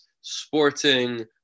Sporting